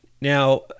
Now